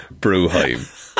Bruheim